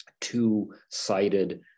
two-sided